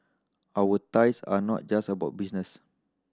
our ties are not just about business